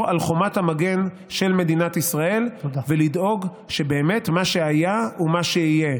על חומת המגן של מדינת ישראל ולדאוג שבאמת מה שהיה הוא מה שיהיה,